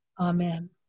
Amen